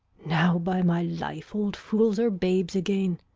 now, by my life, old fools are babes again,